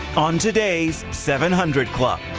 on today's seven hundred club.